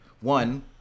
One